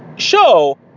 show